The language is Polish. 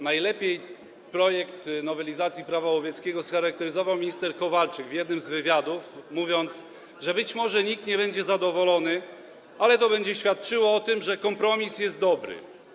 Najlepiej projekt nowelizacji Prawa łowieckiego scharakteryzował minister Kowalczyk w jednym z wywiadów, mówiąc, że być może nikt nie będzie zadowolony, ale to będzie świadczyło o tym, że kompromis jest dobry.